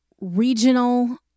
regional